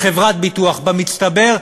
לחברת ביטוח במצטבר,